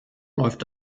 läuft